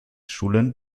schulen